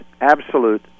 absolute